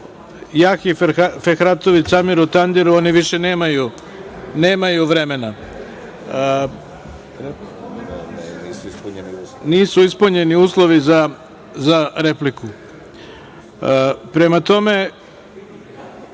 Jahji Fehratoviću, Amiru Tandiru, oni više nemaju vremena. Nisu ispunjeni uslovi za repliku. Prema tome,